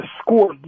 score